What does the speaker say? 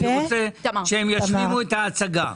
אני רוצה שהם ישלימו את ההצגה.